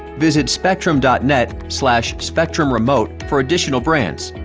visit spectrum dot net slash spectrumremote for additional brands.